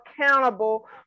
accountable